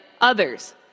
others